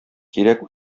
кирәк